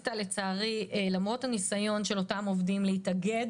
למרות הניסיון של אותם עובדים להתאגד